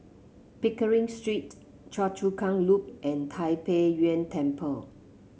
Pickering Street Choa Chu Kang Loop and Tai Pei Yuen Temple